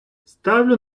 ставлю